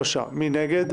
מי נגד?